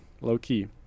low-key